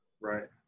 right